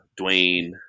Dwayne